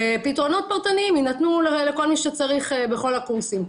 ופתרונות פרטניים יינתנו לכל מי שצריך בכל הקורסים.